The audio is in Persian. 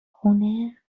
خونه